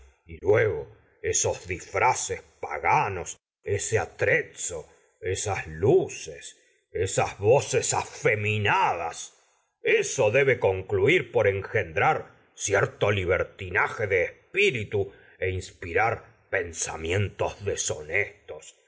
y luego esos disfraces paganos ese atrezzo esas luces esas voces afeminadas eso debe concluir por engendrar cierto libertinaje de espíritu é inspira r pensamientos deshonestos